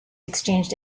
exchanged